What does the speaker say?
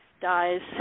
dies